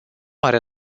are